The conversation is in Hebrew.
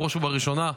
בראש ובראשונה,